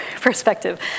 perspective